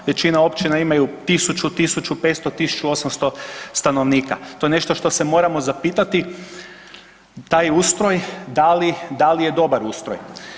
Većina općina imaju 1000, 1500, 1800 stanovnika, to je nešto što se moramo zapitati, taj ustroj da li je dobar ustroj.